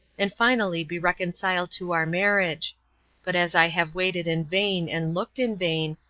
and finally be reconciled to our marriage but as i have waited in vain, and looked in vain,